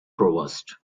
provost